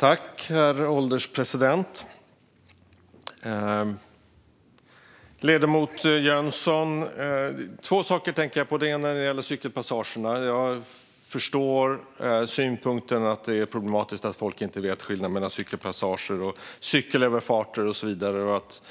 Herr ålderspresident! Jag tänker på två saker när det gäller cykelpassagerna. Jag förstår synpunkten att det är problematiskt att folk inte vet skillnaden mellan cykelpassager och cykelöverfarter och att